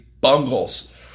Bungles